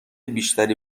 بیشتری